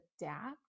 adapt